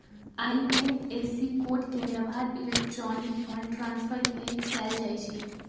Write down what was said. IFSC code के व्यव्हार electronic fund transfer के लेल कएल जाइ छइ